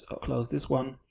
ah close this one,